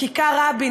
מכיכר רבין,